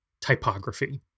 typography